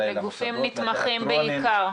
אולי למוסדות ולתיאטראות -- לגופים נתמכים בעיקר.